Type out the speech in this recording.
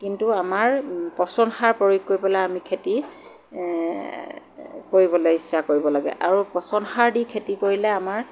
কিন্তু আমাৰ পচন সাৰ প্ৰয়োগ কৰি পেলাই আমি খেতি কৰিবলৈ ইচ্ছা কৰিব লাগে আৰু পচন সাৰ দি খেতি কৰিলে আমাৰ